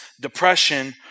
depression